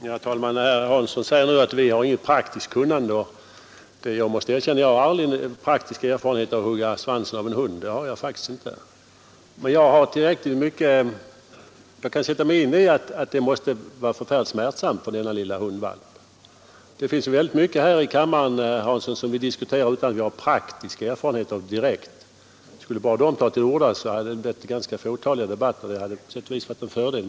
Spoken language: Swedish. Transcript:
Herr talman! Herr Hansson i Skegrie påstår nu att vi inte har något praktiskt kunnande. Jag måste erkänna att jag faktiskt inte har någon praktisk erfarenhet av att hugga svansen av en hund. Men jag kan ändå föreställa mig att det måste vara förfärligt smärtsamt för den lilla hundvalpen. Vi diskuterar mycket här i kammaren, herr Hansson, utan att ha direkt praktisk erfarenhet av det. Skulle bara de ta till orda som har praktisk erfarenhet, skulle det bli ganska korta debatter, vilket på sätt och vis vore en fördel.